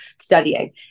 studying